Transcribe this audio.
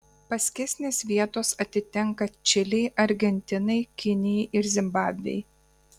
paskesnės vietos atitenka čilei argentinai kinijai ir zimbabvei